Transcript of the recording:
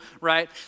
right